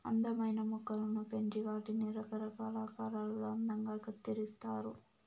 అందమైన మొక్కలను పెంచి వాటిని రకరకాల ఆకారాలలో అందంగా కత్తిరిస్తారు